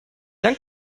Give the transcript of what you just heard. dank